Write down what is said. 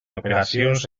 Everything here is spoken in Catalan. operacions